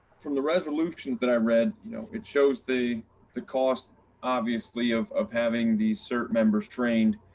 from the resolutions that i read, you know it shows the the cost obviously of of having the cert members trained,